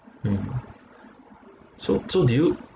mmhmm so so do you